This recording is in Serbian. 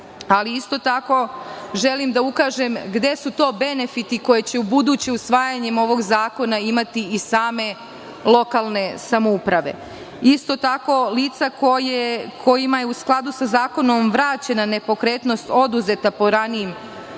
Isto tako, želim da ukažem gde su to benefiti koji će ubuduće, usvajanjem ovog zakona, imati same lokalne samouprave. Isto tako, lica kojima je u skladu sa zakonom vraćena nepokretnost oduzeta po ranijim propisima,